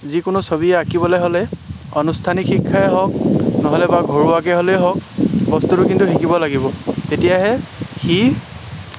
যিকোনো ছবি আঁকিবলৈ হ'লে অনুষ্ঠানিক শিক্ষাই হওক নহ'লে বা ঘৰুৱাকৈ হ'লেই হওক বস্তুটো কিন্তু শিকিব লাগিব তেতিয়াহে সি